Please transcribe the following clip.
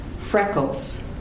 freckles